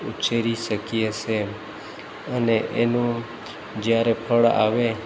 ઉછેરી શકીએ છે એમ અને એનું જ્યારે ફળ આવે